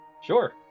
Sure